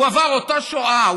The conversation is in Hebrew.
הוא עבר אותה שואה,